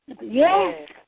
Yes